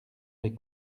les